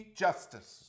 justice